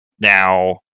Now